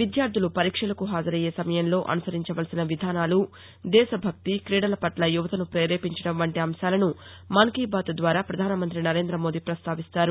విద్యార్గులు పరీక్షలకు హాజరయ్యే సమయంలో అనుసరించవలసిన విధానాలు దేశ భక్తి క్రీడల పట్ల యువతసు పేరేపించడం వంటి అంశాలను మన్ కి బాత్ ద్వారా ప్రధాన మంత్రి నరేంద్ర మోదీ పస్తావిస్తారు